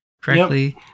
correctly